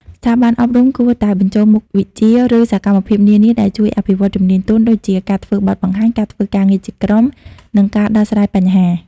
ស្ថាប័នអប់រំគួរតែបញ្ចូលមុខវិជ្ជា ឬសកម្មភាពនានាដែលជួយអភិវឌ្ឍជំនាញទន់ ដូចជា ការធ្វើបទបង្ហាញ ការធ្វើការងារជាក្រុម និងការដោះស្រាយបញ្ហា។